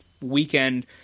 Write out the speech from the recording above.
weekend